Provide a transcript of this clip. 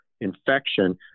infection